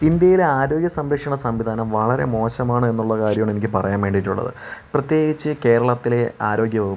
ഇന്ത്യയിൽ ആരോഗ്യ സംരക്ഷണ സംവിധാനം വളരെ മോശമാണ് എന്നുള്ള കാര്യമാണ് എനിക്കു പറയാൻ വേണ്ടിയിട്ടുള്ളത് പ്രത്യേകിച്ച് കേരളത്തിലെ ആരോഗ്യ വകുപ്പ്